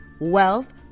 wealth